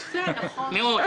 מאוד.